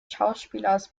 schauspielers